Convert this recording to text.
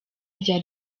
rya